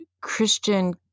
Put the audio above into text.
Christian